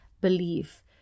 belief